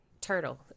turtle